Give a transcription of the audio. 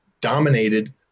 dominated